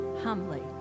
humbly